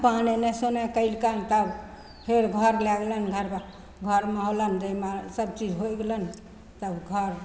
पान एन्नेसे ओन्ने कएलकनि तब फेर घर लै गेलनि घरमे होलनि दिनमे सबचीज होइ गेलनि तब घर